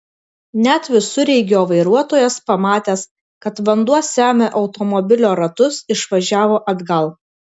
net visureigio vairuotojas pamatęs kad vanduo semia automobilio ratus išvažiavo atgal